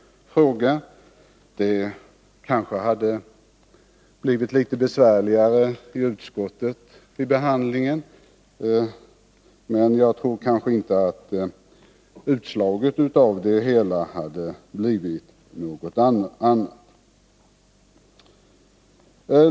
Då hade det kanske blivit litet besvärligare vid behandlingen i utskottet, men jag tror inte att utslaget hade blivit annorlunda.